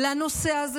לנושא הזה,